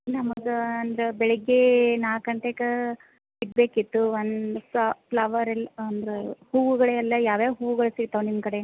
ನಮ್ಗೆ ಒಂದು ಬೆಳ್ಳಿಗ್ಗೆ ನಾಲ್ಕು ಗಂಟೆಗೆ ಸಿಗಬೇಕಿತ್ತು ಒಂದು ಫ್ಲವರ್ ಎಲ್ಲಿ ಅಂದ್ರೆ ಹೂವುಗಳೆಲ್ಲ ಯಾವ ಯಾವ ಹೂಗಳು ಸಿಕ್ತಾವೆ ನಿಮ್ಮ ಕಡೆ